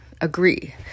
agree